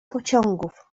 pociągów